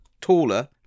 taller